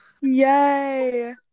yay